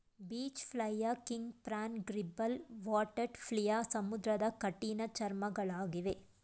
beach flea, king prawn, gribble, water flea ಸಮುದ್ರದ ಕಠಿಣ ಚರ್ಮಿಗಳಗಿವೆ